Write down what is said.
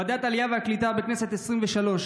ועדת העלייה והקליטה בכנסת העשרים-ושלוש,